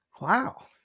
Wow